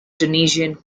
tunisian